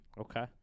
Okay